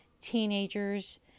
teenagers